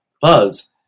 buzz